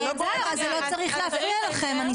הניסוח הזה לא צריך להפריע לכם.